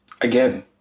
again